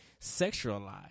sexualize